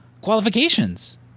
qualifications